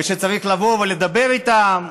ושצריך לבוא ולדבר איתם,